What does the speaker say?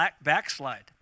backslide